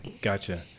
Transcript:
gotcha